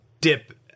dip